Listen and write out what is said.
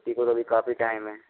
ठीक है तो अभी काफ़ी टाइम है